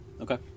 Okay